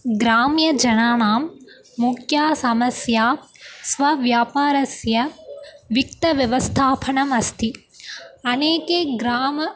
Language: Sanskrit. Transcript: ग्राम्यजनानां मुख्या समस्या स्वव्यापारस्य वित्तव्यवस्थापनम् अस्ति अनेके ग्रामे